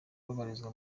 babarizwa